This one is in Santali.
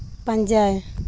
ᱯᱟᱸᱡᱟᱭ